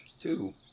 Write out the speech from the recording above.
Two